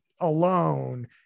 alone